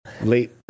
late